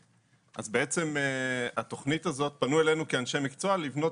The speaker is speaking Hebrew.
אז כן אני רוצה לומר שיש לנו כאן שני נושאים על הפרק,